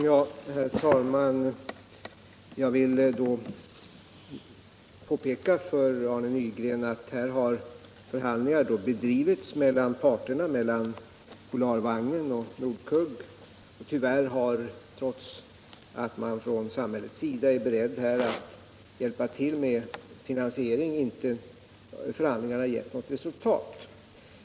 Herr talman! Jag vill påpeka för Arne Nygren att förhandlingar har bedrivits mellan parterna, mellan Polarvagnen och Nordkugg. Trots att man från samhällets sida är beredd att hjälpa till med finansieringen har dessa förhandlingar tyvärr inte givit något resultat.